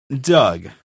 Doug